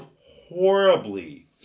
horribly